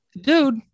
dude